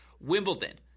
Wimbledon